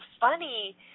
funny